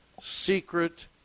secret